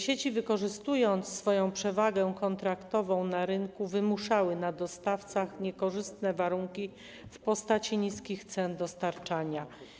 Sieci, wykorzystując swoją przewagę kontraktową na rynku, wymuszały na dostawcach niekorzystne warunki w postaci niskich cen dostarczania.